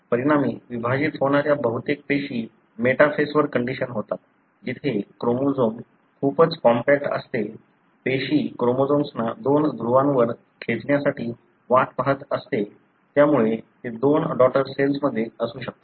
परिणामी विभाजित होणाऱ्या बहुतेक पेशी मेटाफेसवर कंडिशन होतात जिथे क्रोमोझोम खूपच कॉम्पॅक्ट असते पेशी क्रोमोझोम्सना दोन ध्रुवांवर खेचण्याची वाट पाहत असते त्यामुळे ते दोन डॉटर सेल्समध्ये असू शकतात